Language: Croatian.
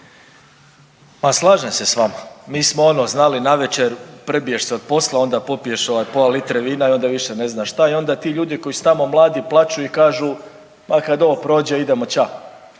Pa slažem se s vama. Mi smo ono znali navečer prebiješ se od posla onda popiješ pola litre vina i onda više ne znaš što. I onda ti ljudi koji su tamo plaću i kažu pa kada ovo prođe idemo ća,